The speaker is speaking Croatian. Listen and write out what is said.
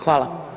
Hvala.